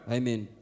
Amen